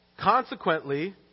consequently